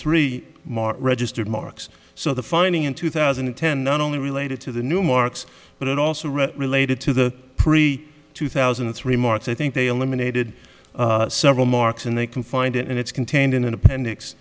three mark registered marks so the finding in two thousand and ten not only related to the new marks but also related to the pre two thousand and three marks i think they eliminated several marks and they can find it and it's contained in an appendix